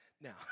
Now